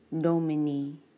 Domini